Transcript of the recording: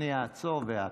אני אעצור ואאפס.